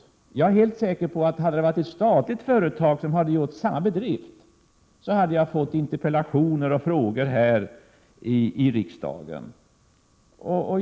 Jag är helt säker på, att om ett statligt företag hade utfört samma bedrift, hade jag fått interpellationer och frågor här i riksdagen.